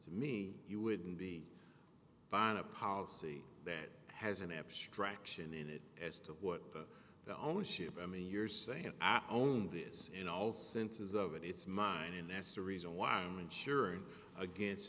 to me you wouldn't be buying a policy that has an abstraction in it as to what the ownership i mean you're saying i own this in all senses of it it's mine and that's the reason why home insurance against